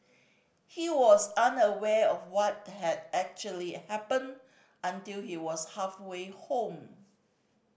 he was unaware of what had actually happened until he was halfway home